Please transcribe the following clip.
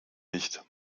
nicht